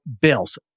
Bills